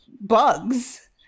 bugs